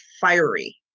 fiery